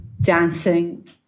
dancing